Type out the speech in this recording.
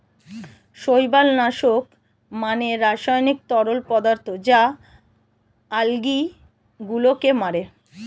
শৈবাল নাশক মানে রাসায়নিক তরল পদার্থ যা আলগী গুলোকে মারে